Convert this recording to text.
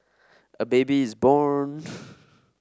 a baby is born